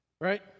Right